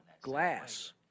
glass